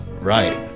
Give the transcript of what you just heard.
Right